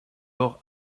heures